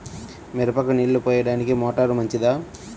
మిరపకు నీళ్ళు పోయడానికి మోటారు మంచిదా?